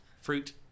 fruit